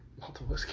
Multiple